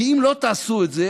כי אם לא תעשו את זה,